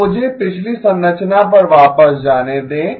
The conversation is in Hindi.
तो मुझे पिछली संरचना पर वापस जाने दें